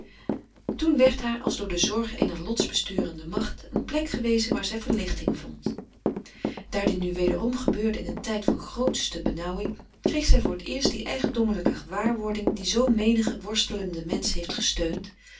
toen werd haar als door de zorg eener lots besturende macht een plek gewezen waar zij verlichting vond daar dit nu wederom gebeurde in een tijd van grootste benauwing kreeg zij voor t eerst die eigendommelijke gewaarwording die zoo menigen worstelenden mensch heeft gesteund